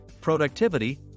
productivity